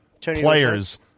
players